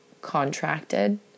contracted